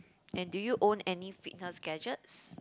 and do you own any fitness gadgets